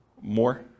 More